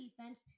defense